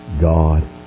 God